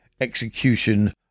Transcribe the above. execution